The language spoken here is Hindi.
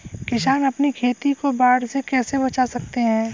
किसान अपनी खेती को बाढ़ से कैसे बचा सकते हैं?